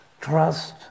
Trust